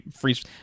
freeze